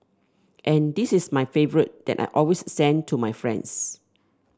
and this is my favourite that I always send to my friends